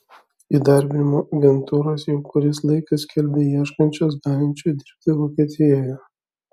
įdarbinimo agentūros jau kuris laikas skelbia ieškančios galinčių dirbti vokietijoje